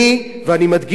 ואני מדגיש את זה,